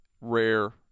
rare